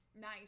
nice